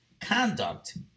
Conduct